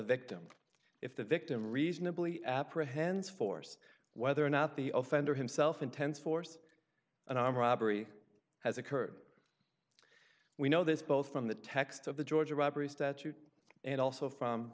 victim if the victim reasonably apprehends force whether or not the offender himself intends force an armed robbery has occurred we know this both from the text of the georgia robbery statute and also from